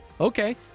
okay